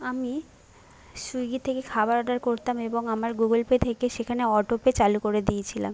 আমি সুইগি থেকে খাবার অর্ডার করতাম এবং আমার গুগল পে থেকে সেখানে অটোপে চালু করে দিয়েছিলাম